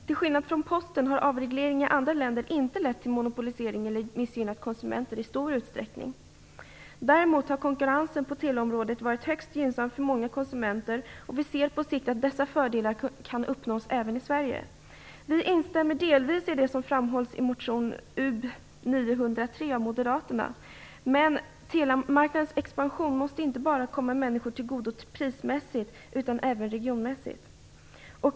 Till skillnad från på Postens område har en avreglering av telemarknaden i andra länder inte lett till monopolisering eller missgynnat konsumenter i stor utsträckning. Däremot har konkurrensen på teleområdet varit högst gynnsam för många konsumenter, och vi ser på sikt att dessa fördelar kan uppnås även i Sverige. Vi instämmer delvis i det som framhålls i motion Ub903 av Moderaterna. Men telemarknadens expansion måste inte bara komma människor till godo prismässigt utan även regionmässigt.